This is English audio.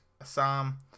Assam